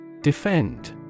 Defend